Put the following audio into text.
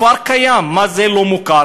כפר קיים, מה זה לא מוכר?